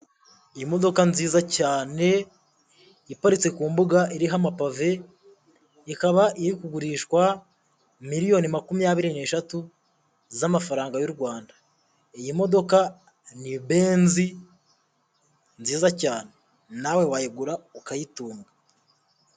Iyi modoka nziza cyane iparitse ku mbuga iriho amapave. Ikaba iri kugurishwa miliyoni makumyabiri n'eshatu z'amafaranga y'u Rwanda. Iyi modoka ni benzi nziza cyane nawe wayigura ukayitunga.